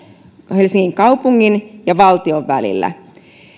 helsingin kaupungin ja valtion välillä